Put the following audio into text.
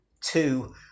two